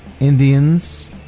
Indians